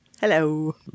Hello